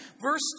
Verse